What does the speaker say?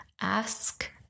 ask